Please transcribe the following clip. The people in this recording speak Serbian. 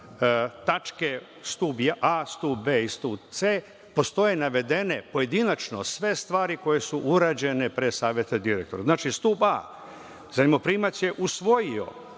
tačke stub A, stub B i stub C postoje navedene pojedinačno sve stvari koje su urađene pre Saveta direktora. Znači stub A - zajmoprimac je usvojio